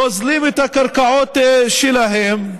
גוזלים את הקרקעות שלהם.